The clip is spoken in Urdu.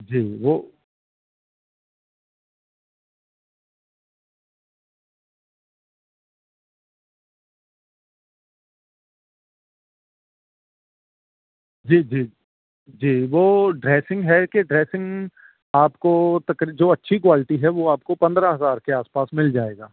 جی وہ جی جی جی وہ ڈریسنگ ہے کہ ڈریسنگ آپ کو تقریباََ جو اچھی کوالٹی ہے وہ آپ کو پندرہ ہزار کے آس پاس مل جائے گا